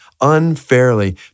unfairly